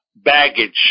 Baggage